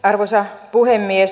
arvoisa puhemies